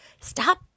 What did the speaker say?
Stop